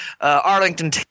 Arlington